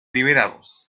liberados